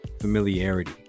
familiarity